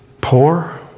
poor